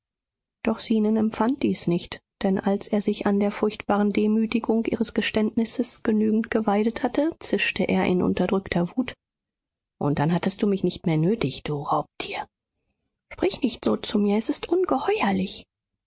doch zenon empfand dies nicht denn als er sich an der furchtbaren demütigung ihres geständnisses genügend geweidet hatte zischte er in unterdrückter wut und dann hattest du mich nicht mehr nötig du raubtier sprich nicht so zu mir es ist ungeheuerlich